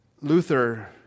Luther